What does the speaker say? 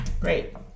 Great